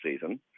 season